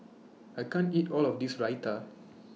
I can't eat All of This Raita